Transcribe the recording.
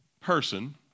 person